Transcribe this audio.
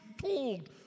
told